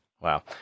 Wow